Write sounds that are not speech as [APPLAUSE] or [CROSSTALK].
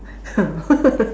[LAUGHS]